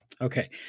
Okay